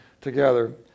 together